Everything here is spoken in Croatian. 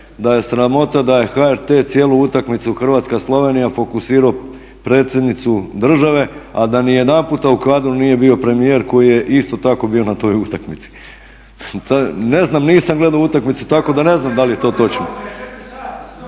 da je sramota da je HRT cijelu utakmicu Hrvatska-Slovenija fokusirao predsjednicu države, a da nijedanput u kadru nije bio premijer koji je isto tako bio na toj utakmici. Ne znam, nisam gledao utakmicu tako da ne znam da li je to točno.